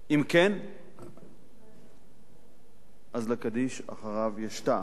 אם כן, אז לקדיש אחריו יש טעם,